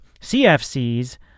cfc's